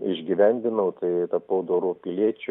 išgyvendinau tai tapau doru piliečiu